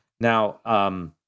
Now